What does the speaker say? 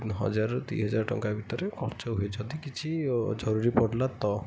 ହଜାର ରୁ ଦୁଇ ହଜାର ଟଙ୍କା ଭିତରେ ଖର୍ଚ୍ଚ ହୁଏ ଯଦି କିଛି ଜରୁରୀ ପଡ଼ିଲା ତ